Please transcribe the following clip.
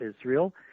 Israel